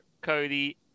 Cody